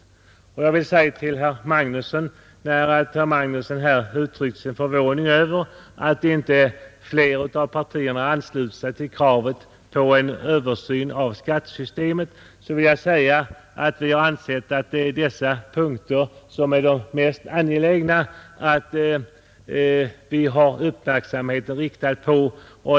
När herr Magnusson i Borås uttrycker sin förvåning över att inte fler av partierna anslutit sig till kravet på en översyn av skattesystemet vill jag säga att vi anser att det är dessa punkter som berörs i reservation nr 3 som det är mest angeläget att ha uppmärksamheten riktad på.